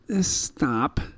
Stop